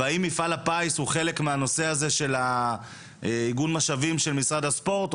והאם מפעל הפיס הוא חלק מהנושא הזה של איגום משאבים של משרד הספורט,